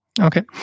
Okay